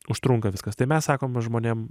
užtrunka viskas tai mes sakom va žmonėm